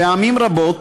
פעמים רבות